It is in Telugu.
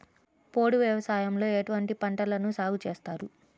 పోడు వ్యవసాయంలో ఎటువంటి పంటలను సాగుచేస్తారు?